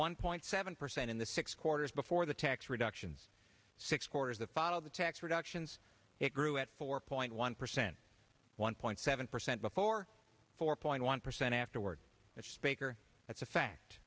one point seven percent in the six quarters before the tax reductions six quarters of follow the tax reductions it grew at four point one percent one point seven percent before four point one percent afterward it's speaker that's a fact